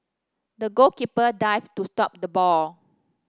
the goalkeeper dived to stop the ball